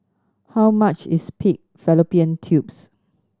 how much is pig fallopian tubes